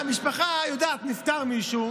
הבעיה שלך איתי